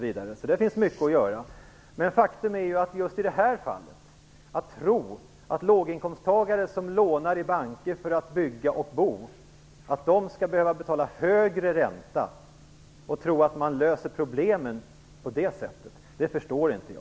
Men jag förstår inte hur man kan tro att man löser problemen genom att låta låginkomsttagare som lånar i banker för att bygga och bo få betala högre ränta.